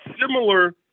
similar